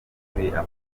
afurika